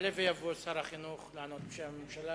יעלה ויבוא שר החינוך לענות בשם הממשלה,